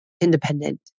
independent